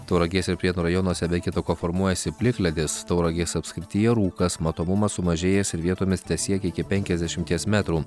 tauragės ir prienų rajonuose be kita ko formuojasi plikledis tauragės apskrityje rūkas matomumas sumažėjęs ir vietomis tesiekia iki penkiasdešimties metrų